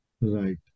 Right